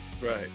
Right